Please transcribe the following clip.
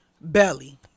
Belly